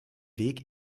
weg